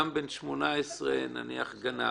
גנב,